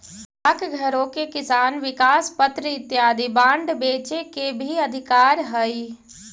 डाकघरो के किसान विकास पत्र इत्यादि बांड बेचे के भी अधिकार हइ